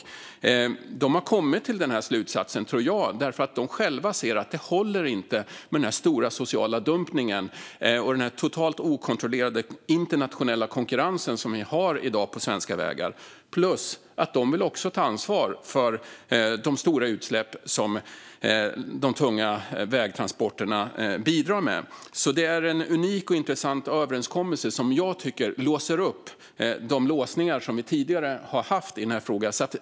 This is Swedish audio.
Jag tror att de har kommit fram till denna slutsats därför att de själva ser att det inte håller med den stora sociala dumpningen och den helt okontrollerade internationella konkurrens som i dag råder på svenska vägar. Dessutom vill de också ta ansvar för de stora utsläpp som de tunga vägtransporterna bidrar med. Det är alltså en unik och intressant överenskommelse som jag tycker tar bort de låsningar som vi tidigare har haft i denna fråga.